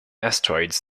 asteroids